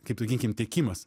kaip sakykim tiekimas